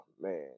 Man